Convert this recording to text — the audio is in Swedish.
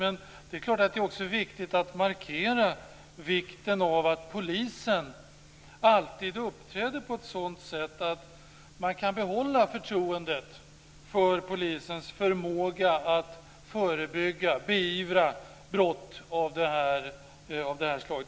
Men det är klart att det också är viktigt att markera vikten av att polisen alltid uppträder på ett sådant sätt att man kan behålla förtroendet för polisens förmåga att förebygga och beivra brott av det här slaget.